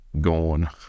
gone